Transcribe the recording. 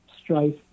strife